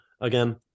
again